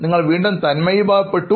നിങ്ങൾ വീണ്ടും തന്മയിഭാവം പെട്ടു